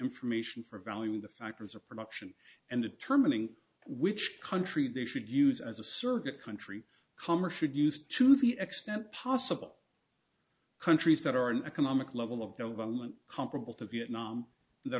information for valuing the factors of production and determining which country they should use as a surrogate country commerce should used to the extent possible countries that are in economic level of no violent comparable to vietnam that